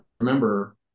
remember